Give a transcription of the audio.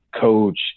coach